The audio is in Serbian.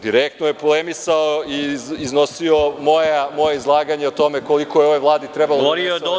Direktno je polemisao i iznosio moja izlaganje o tome koliko je ovoj Vladi trebalo da donese zakon…